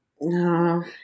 No